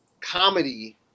comedy